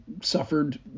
suffered